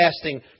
fasting